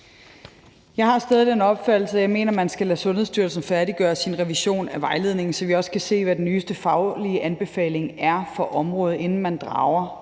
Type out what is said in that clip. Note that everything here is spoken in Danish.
Jeg har stadig den opfattelse og mener, at man skal lade Sundhedsstyrelsen færdiggøre sin revision af vejledningen, så vi også kan se, hvad den nyeste faglige anbefaling for området er, inden man drager